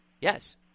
yes